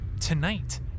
tonight